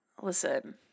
Listen